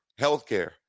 healthcare